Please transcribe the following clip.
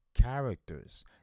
characters